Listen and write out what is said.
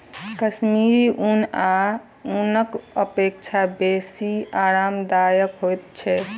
कश्मीरी ऊन आन ऊनक अपेक्षा बेसी आरामदायक होइत छै